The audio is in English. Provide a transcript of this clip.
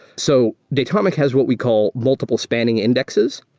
so datomic has what we call multiple spanning indexes.